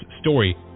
story